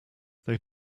they